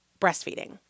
breastfeeding